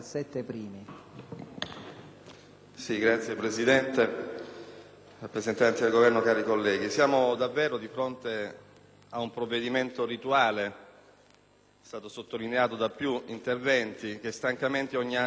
cari colleghi, siamo davvero di fronte ad un provvedimento rituale - è stato sottolineato da più interventi - che stancamente ogni anno viene riproposto.